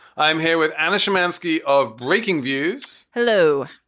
i'm here with anna shymansky of breaking views. hello.